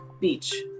beach